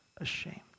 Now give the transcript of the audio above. ashamed